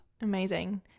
Amazing